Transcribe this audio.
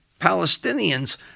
Palestinians